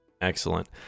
Excellent